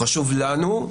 הוא חשוב לנו,